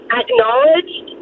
acknowledged